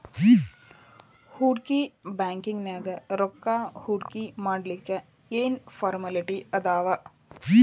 ಹೂಡ್ಕಿ ಬ್ಯಾಂಕ್ನ್ಯಾಗ್ ರೊಕ್ಕಾ ಹೂಡ್ಕಿಮಾಡ್ಲಿಕ್ಕೆ ಏನ್ ಏನ್ ಫಾರ್ಮ್ಯಲಿಟಿ ಅದಾವ?